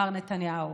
מר נתניהו,